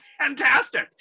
fantastic